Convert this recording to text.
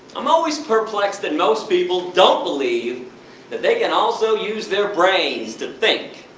i'm always perplexed that most people don't believe that they can also use their brains to think,